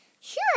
Sure